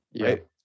right